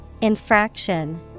infraction